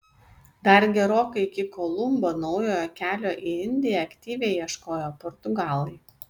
dar gerokai iki kolumbo naujojo kelio į indiją aktyviai ieškojo portugalai